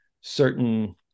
certain